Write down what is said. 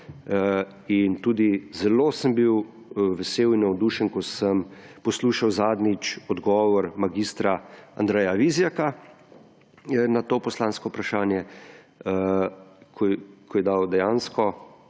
in tudi zelo sem bil vesel in navdušen, ko sem poslušal zadnjič odgovor mag. Andreja Vizjaka na to poslansko vprašanje, ko je dal dejansko